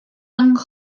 yng